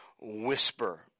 whisper